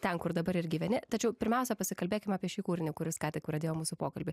ten kur dabar ir gyveni tačiau pirmiausia pasikalbėkim apie šį kūrinį kuris ką tik pradėjo mūsų pokalbį